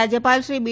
રાજયપાલ શ્રી બી